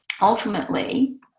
ultimately